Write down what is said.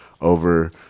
over